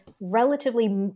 relatively